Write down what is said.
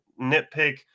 nitpick